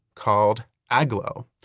called agloe.